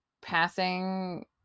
passing